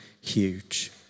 huge